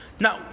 Now